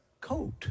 coat